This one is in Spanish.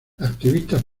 activistas